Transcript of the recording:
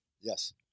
Yes